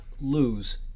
lose